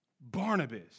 Barnabas